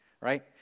right